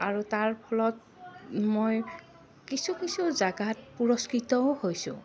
আৰু তাৰ ফলত মই কিছু কিছু জাগাত পুৰস্কৃতও হৈছোঁ